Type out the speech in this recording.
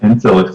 אין צורך,